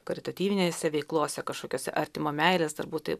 karitatyvinėse veiklose kažkokiose artimo meilės svarbu